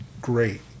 great